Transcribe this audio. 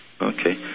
Okay